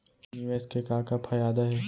निवेश के का का फयादा हे?